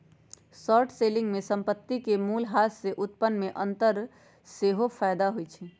short selling में संपत्ति के मूल्यह्रास से उत्पन्न में अंतर सेहेय फयदा होइ छइ